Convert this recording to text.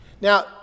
Now